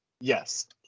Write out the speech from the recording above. yes